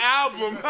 album